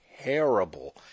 terrible